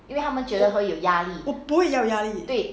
我不会有压力